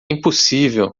impossível